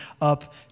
up